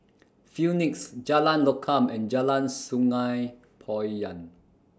Phoenix Jalan Lokam and Jalan Sungei Poyan